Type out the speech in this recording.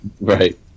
Right